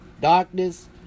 darkness